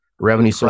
revenue